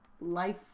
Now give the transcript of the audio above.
life